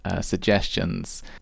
suggestions